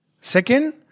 Second